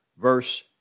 verse